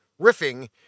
riffing